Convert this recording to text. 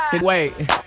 Wait